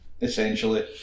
essentially